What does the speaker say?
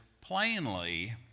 plainly